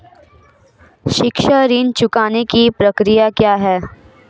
शिक्षा ऋण चुकाने की प्रक्रिया क्या है?